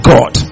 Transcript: God